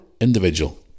individual